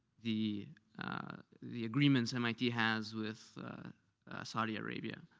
the the agreements mit has with saudi arabia.